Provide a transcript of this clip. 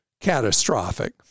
catastrophic